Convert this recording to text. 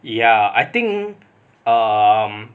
ya I think um